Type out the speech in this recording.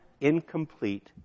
incomplete